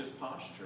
posture